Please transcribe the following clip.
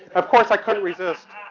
of course i couldn't resist,